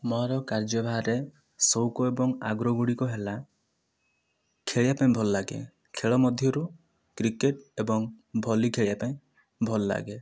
ମୋର କାର୍ଯ୍ୟ ବାହାରେ ସଉକ ଏବଂ ଆଗ୍ରହ ଗୁଡ଼ିକ ହେଲା ଖେଳିବା ପାଇଁ ଭଲ ଲାଗେ ଖେଳ ମଧ୍ୟରୁ କ୍ରିକେଟ ଏବଂ ଭଲି ଖେଳିବା ପାଇଁ ଭଲ ଲାଗେ